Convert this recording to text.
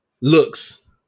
looks